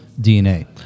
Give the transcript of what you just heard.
DNA